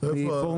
עם פורום